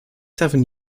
seven